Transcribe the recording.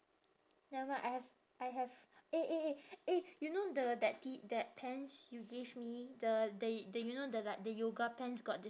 never mind I have I have eh eh eh eh you know the that tee that pants you gave me the the the you know the like the yoga pants got the